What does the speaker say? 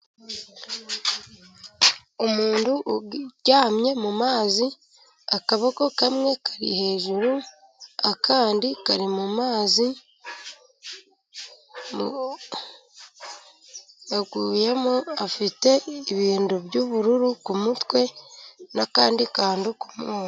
Umuntu uryamye mu mazi, akaboko kamwe kari hejuru, akandi kari mumazi, yaguyemo, afite ibintu by'ubururu ku kumutwe n'akandi kantu k'umuhondo.